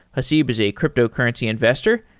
haseeb is a cryptocurrency investor.